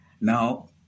Now